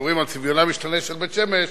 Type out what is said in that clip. וכשמדברים על צביונה המשתנה של בית-שמש,